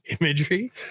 imagery